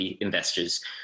investors